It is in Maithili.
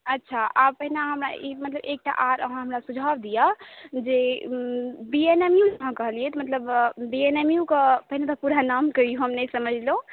अच्छा आब पहिने अहाँ हमरा ई मतलब एकटा आर अहाँ हमरा सुझाव दिअ जे बी एन एम यू अहाँ कहलियै तऽ मतलब बी एन एम यू कऽ पहिने तऽ पूरा नाम कहियौ हम नहि समझलहुँ